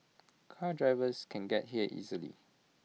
car drivers can get here easily